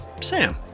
Sam